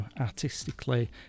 artistically